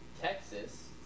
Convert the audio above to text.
Texas